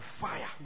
fire